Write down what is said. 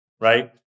right